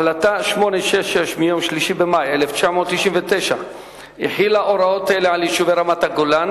החלטה 866 מיום 3 במאי 1999 החילה הוראות אלה על יישובי רמת-הגולן,